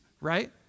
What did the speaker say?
right